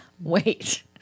Wait